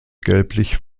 gelblich